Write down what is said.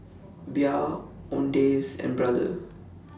Bia Owndays and Brother